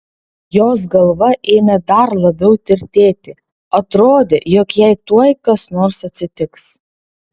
jos galva ėmė dar labiau tirtėti atrodė jog jai tuoj kas nors atsitiks